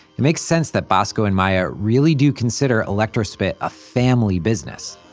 it makes sense that bosco and maya really do consider electrospit a family business,